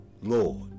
Lord